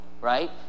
right